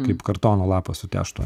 kaip kartono lapas sutęžtų